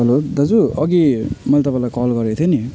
hello दाजु अघि मैले तपाईँलाई कल गरेको थिएँ नि